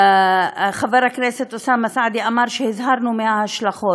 חבר הכנסת אוסאמה סעדי אמר שהזהרנו מההשלכות.